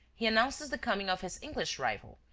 he announces the coming of his english rival,